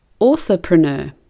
authorpreneur